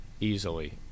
easily